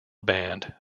band